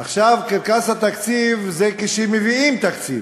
עכשיו, קרקס התקציב זה כשמביאים תקציב,